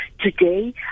today